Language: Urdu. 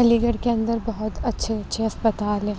علی گڑھ کے اندر بہت اچھے اچھے اسپتال ہیں